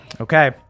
Okay